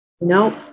Nope